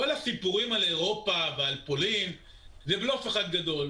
כל הסיפורים על אירופה ועל פולין זה בלוף אחד גדול.